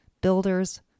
Builders